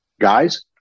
guys